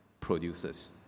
produces